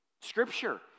scripture